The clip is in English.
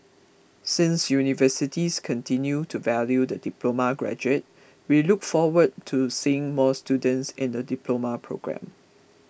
since universities continue to value the diploma graduate we look forward to seeing more students in the Diploma programme